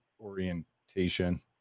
orientation